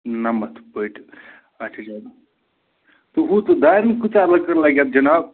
نَمتھ پٔٹۍ اَچھا اَچھا تہٕ ہُتھ دارٮ۪ن کۭژاہ لٔکٕر لَگہِ اَتھ جِناب